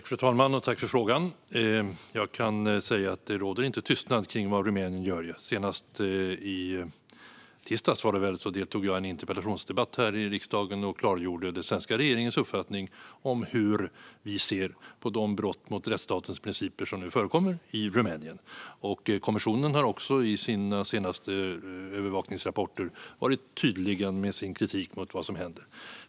Fru talman! Tack, ledamoten, för frågan! Jag kan säga att det inte råder någon tystnad om vad Rumänien gör. Senast i tisdags deltog jag i en interpellationsdebatt i riksdagen och klargjorde den svenska regeringens uppfattning om hur vi ser på de brott mot rättsstatens principer som förekommer i Rumänien. Kommissionen har också i sina senaste övervakningsrapporter varit tydlig med sin kritik mot vad som händer.